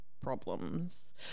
problems